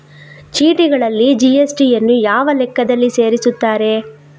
ಚೀಟಿಗಳಲ್ಲಿ ಜಿ.ಎಸ್.ಟಿ ಯನ್ನು ಯಾವ ಲೆಕ್ಕದಲ್ಲಿ ಸೇರಿಸುತ್ತಾರೆ?